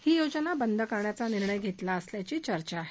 ही योजना बंद करण्याचा निर्णय घेतला असल्याची चर्चा आहे